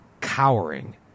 cowering